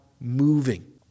moving